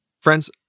friends